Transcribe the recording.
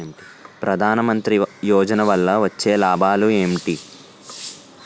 ప్రధాన మంత్రి యోజన వల్ల వచ్చే లాభాలు ఎంటి?